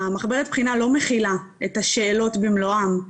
היא לא מכילה את השאלות במלואן,